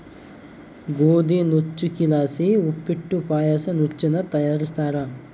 ಗೋದಿ ನುಚ್ಚಕ್ಕಿಲಾಸಿ ಉಪ್ಪಿಟ್ಟು ಪಾಯಸ ನುಚ್ಚನ್ನ ತಯಾರಿಸ್ತಾರ